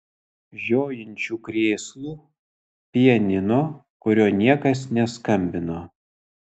žiojinčių krėslų pianino kuriuo niekas neskambino